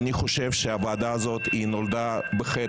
אני חושב שהוועדה הזאת נולדה בחטא,